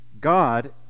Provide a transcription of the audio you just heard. God